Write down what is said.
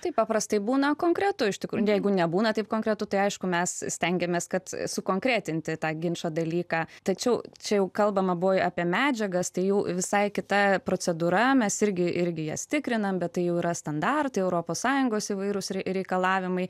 taip paprastai būna konkretu iš tikrųjų jeigu nebūna taip konkretu tai aišku mes stengiamės kad sukonkretinti tą ginčo dalyką tačiau čia jau kalbama buvo apie medžiagas tai jau visai kita procedūra mes irgi irgi jas tikrinam bet tai jau yra standartai europos sąjungos įvairūs rei reikalavimai